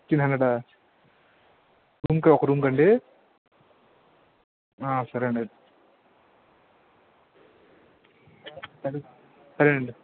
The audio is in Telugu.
ఫిఫ్తీన్ హండ్రెడ్ ఆ రూమ్కి ఒక రూమ్కి ఆ అండి సరే అండి అయితే